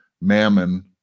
Mammon